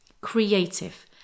creative